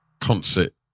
concert